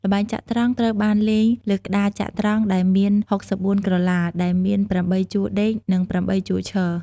ល្បែងចត្រង្គត្រូវបានលេងលើក្ដារចត្រង្គដែលមាន ៦៤ក្រឡា ដែលមាន ៨ជួរដេក និង ៨ជួរឈរ។